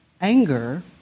anger